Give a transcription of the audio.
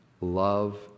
Love